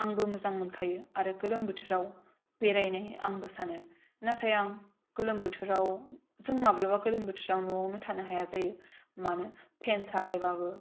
आंबो मोजां मोनखायो आरो गोलोम बोथोराव बेरायनो आंबो सानो नाथाइ आं गोलोम बोथोराव जों माब्लाबा गोलोम बोथोराव न'वावनो थानो हाया जायो मानो फेन सालायबाबो